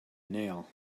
nail